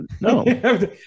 no